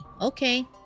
Okay